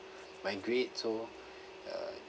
migrate so uh